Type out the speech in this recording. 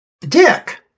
Dick